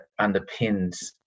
underpins